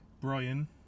Brian